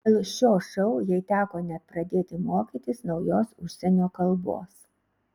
dėl šio šou jai teko net pradėti mokytis naujos užsienio kalbos